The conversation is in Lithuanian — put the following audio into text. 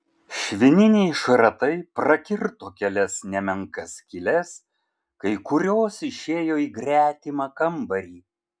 švininiai šratai prakirto kelias nemenkas skyles kai kurios išėjo į gretimą kambarį